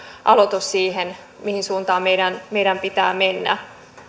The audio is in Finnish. aloitus siihen mihin suuntaan meidän meidän pitää mennä